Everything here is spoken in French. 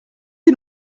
qui